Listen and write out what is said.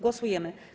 Głosujemy.